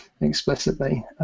explicitly